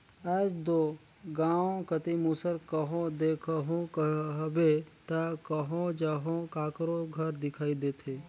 आएज दो गाँव कती मूसर कहो देखहू कहबे ता कहो जहो काकरो घर दिखई देथे